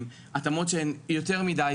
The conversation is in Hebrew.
התאמות שהן יותר מדי,